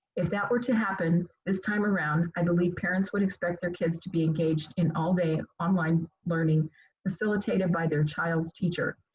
if that were to happen this time around, i believe parents would expect their kids to be engaged in all day online learning facilitated by their child's teacher.